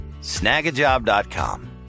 snagajob.com